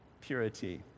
Purity